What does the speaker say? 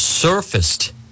surfaced